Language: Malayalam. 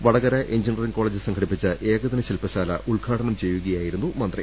വടകര എഞ്ചിനിയറിംഗ് കോളേജ് സംഘടിപ്പിച്ച ഏകദിന ശില്പശാല ഉദ്ഘാ ടനം ചെയ്യുകയായിരുന്നു മന്ത്രി